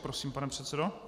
Prosím, pane předsedo.